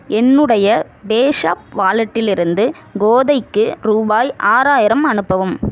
என்னுடைய பேஸாப் வாலட்டிலிருந்து கோதைக்கு ரூபாய் ஆறாயிரம் அனுப்பவும்